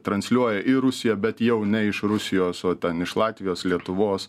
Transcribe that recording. transliuoja į rusiją bet jau ne iš rusijos o ten iš latvijos lietuvos